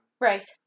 Right